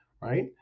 Right